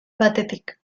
batetik